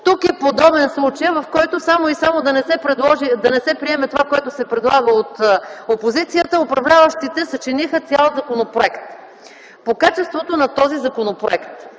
Тук е подобен случаят, в който само и само да не се приеме това, което се предлага от опозицията, управляващите съчиниха цял законопроект. По качеството на този законопроект.